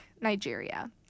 nigeria